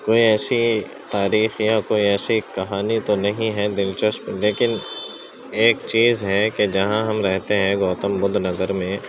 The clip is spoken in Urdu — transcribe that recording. کوئی ایسی تاریخ یا کوئی ایسی کہانی تو نہیں ہے دلچسپ لیکن ایک چیز ہے کہ جہاں ہم رہتے ہیں گوتم بدھ نگر میں